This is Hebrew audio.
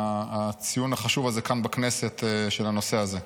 הציון החשוב הזה כאן בכנסת של הנושא הזה.